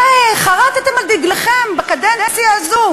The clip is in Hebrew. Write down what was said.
הרי חרתֶם על דגלכם בקדנציה הזו